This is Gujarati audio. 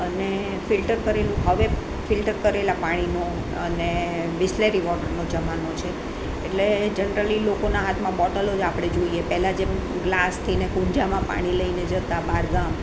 અને ફિલ્ટર કરેલું હવે ફિલ્ટર કરેલા પાણીનો અને બિસલેરી વૉટરનો જમાનો છે એટલે જનરલી લોકોના હાથમાં બોટલો જ આપણે જોઈએ પહેલાં જેમ ગ્લાસથી અને કુંજામાં પાણી લઈને જતાં બહારગામ